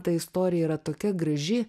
ta istorija yra tokia graži